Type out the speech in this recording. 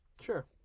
Sure